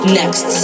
next